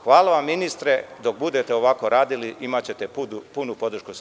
Hvala vam ministre, dok budete ovako radili imaćete punu podršku SPO.